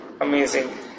Amazing